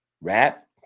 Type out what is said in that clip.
rap